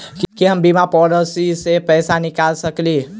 की हम बीमा पॉलिसी सऽ पैसा निकाल सकलिये?